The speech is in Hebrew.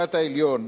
בית-המשפט העליון,